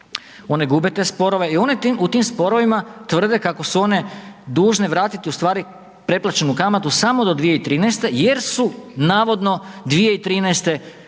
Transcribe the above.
one gube te sporove i one u tim sporovima tvrde kako su one dužne vratiti ustvari preplaćeni kamatu samo do 2013. jer su navodno 2013. one